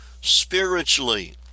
spiritually